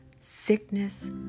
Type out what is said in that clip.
sickness